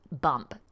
bump